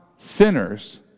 Sinners